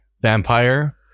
Vampire